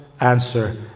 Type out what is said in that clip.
answer